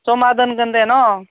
जमा दोनगोनदे न